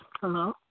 Hello